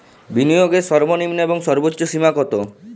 বিনিয়োগের সর্বনিম্ন এবং সর্বোচ্চ সীমা কত?